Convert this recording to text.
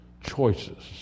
choices